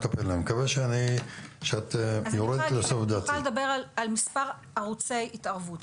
אני יכולה לדבר על מספר ערוצי התערבות.